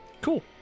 Cool